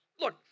Look